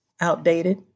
outdated